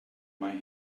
mei